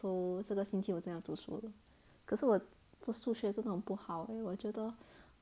so 这个星期我真的要读书了可是我的数学真的很不好我觉得